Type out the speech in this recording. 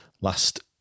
last